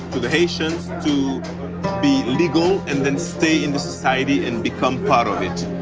to the haitians, to be legal, and then stay in the society and become part of it.